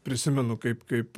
prisimenu kaip kaip